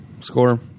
score